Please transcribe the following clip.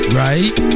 right